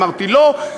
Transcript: אמרתי לא,